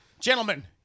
Gentlemen